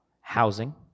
housing